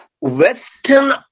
Western